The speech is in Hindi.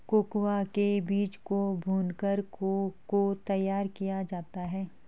कोकोआ के बीज को भूनकर को को तैयार किया जाता है